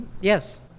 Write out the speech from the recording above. Yes